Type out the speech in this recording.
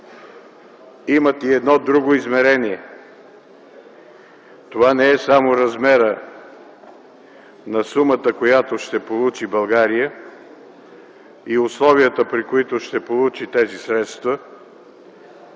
имат и едно друго измерение. Това не са само размерът на сумата, която ще получи България, и условията, при които ще получи тези средства.